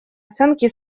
оценки